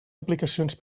aplicacions